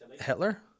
hitler